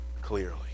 clearly